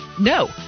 No